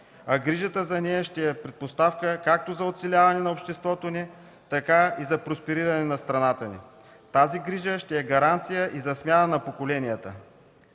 а грижата за нея ще е предпоставка както за оцеляване на обществото ни, така и за проспериране на страната ни. Тази грижа ще е гаранция и за смяна на поколенията.